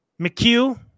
McHugh